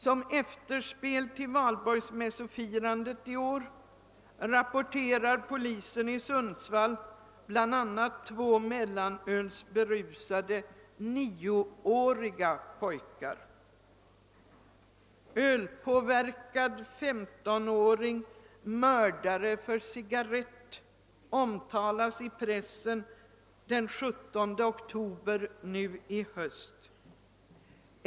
Som efterspel till valborgsmässofirandet i år rapporterar polisen i Sundsvall bl.a. två mellanölsberusade 9-åriga pojkar. Och den 17 oktober nu i höst stod det i pressen: Ölpåverkad 15-åring mördare för cigarrett.